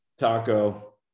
Taco